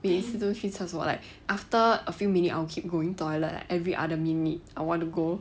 第一次都去厕所 like after a few minutes I'll keep going toilet like every other minute I want to go